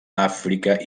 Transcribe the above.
àfrica